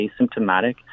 asymptomatic